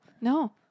No